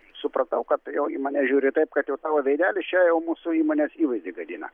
supratau kad jau į mane žiūri taip kad jau tavo veidelis čia jau mūsų įmonės įvaizdį gadina